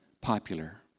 popular